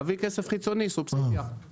להביא כסף חיצוני, סובסידיה.